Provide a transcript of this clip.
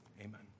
amen